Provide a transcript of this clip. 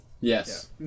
Yes